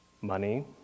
money